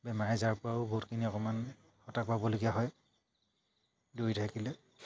বেমাৰ আজাৰ পৰাও বহুতখিনি অকণমান পাবলগীয়া হয় দৌৰি থাকিলে